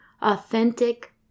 authentic